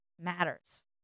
matters